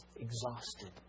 exhausted